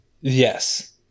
Yes